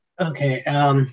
Okay